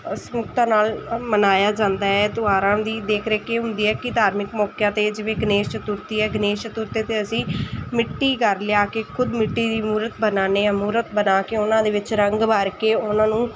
ਅ ਸਮੁਕਤਾ ਨਾਲ ਮਨਾਇਆ ਜਾਂਦਾ ਹੈ ਤਿਉਹਾਰਾਂ ਦੀ ਦੇਖ ਰੇਖ ਇਹ ਹੁੰਦੀ ਹੈ ਕਿ ਧਾਰਮਿਕ ਮੌਕਿਆਂ 'ਤੇ ਜਿਵੇਂ ਗਣੇਸ਼ ਚਤੁਰਥੀ ਹੈ ਗਨੇਸ਼ ਚਤੁਰਥੀ 'ਤੇ ਅਸੀਂ ਮਿੱਟੀ ਘਰ ਲਿਆ ਕੇ ਖੁਦ ਮਿੱਟੀ ਦੀ ਮੂਰਤ ਬਣਾਉਂਦੇ ਹਾਂ ਮੂਰਤ ਬਣਾ ਕੇ ਉਹਨਾਂ ਦੇ ਵਿੱਚ ਰੰਗ ਭਰ ਕੇ ਉਹਨਾਂ ਨੂੰ